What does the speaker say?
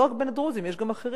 לא רק בין הדרוזים, יש גם אחרים.